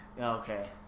Okay